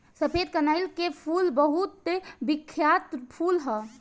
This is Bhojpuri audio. सफेद कनईल के फूल बहुत बिख्यात फूल ह